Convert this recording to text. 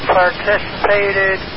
participated